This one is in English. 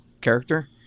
character